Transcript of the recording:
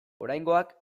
oraingoak